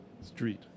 Street